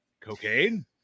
Cocaine